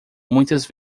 muitas